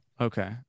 Okay